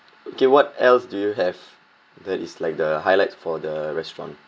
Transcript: okay what else do you have that is like the highlights for the restaurant